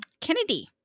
Kennedy